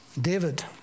David